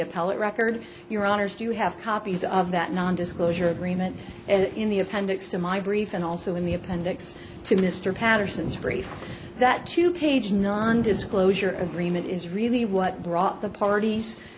appellate record your honour's do you have copies of that nondisclosure agreement and in the appendix to my brief and also in the appendix to mr patterson's brief that two page non disclosure agreement is really what brought the parties